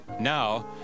Now